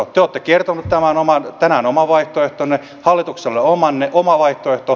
te olette kertoneet tänään oman vaihtoehtonne hallituksella on oma vaihtoehto